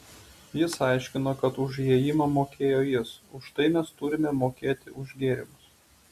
jis aiškino kad už įėjimą mokėjo jis už tai mes turime mokėti už gėrimus